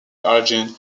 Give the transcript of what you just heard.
origin